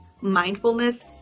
mindfulness